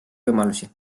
võimalusi